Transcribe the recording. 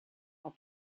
are